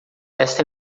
esta